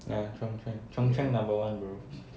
ya chung cheng chung cheng number one bro